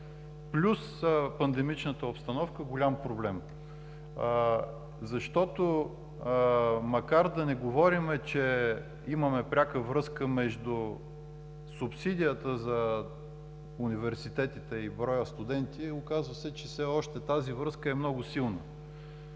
плюс пандемичната обстановка, голям проблем. Защото, макар да не говорим, че имаме пряка връзка между субсидията за университетите и броя студенти, оказва се, че все още тази връзка е много силна.